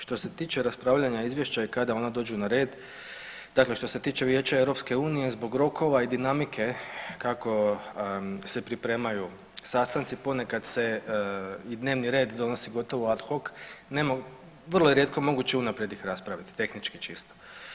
Što se tiče raspravljanja izvješća i kada ona dođu na red, dakle što se tiče Vijeća EU zbog rokova i dinamike kako se pripremaju sastanci ponekad se i dnevni red donosi gotovo ad hoc, nema, vrlo je rijetko moguće unaprijed ih raspraviti, tehnički čisto.